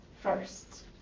first